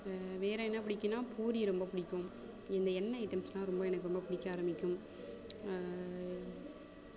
வேறே என்ன பிடிக்குனா பூரி ரொம்ப பிடிக்கும் இந்த எண்ணெய் ஐட்டம்ஸ்லாம் ரொம்ப எனக்கு ரொம்ப பிடிக்க ஆரம்பிக்கும்